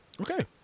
Okay